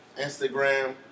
Instagram